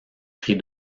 prix